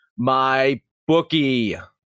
MyBookie